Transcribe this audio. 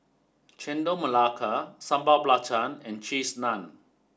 Chendol Melaka Sambal Belacan and Cheese Naan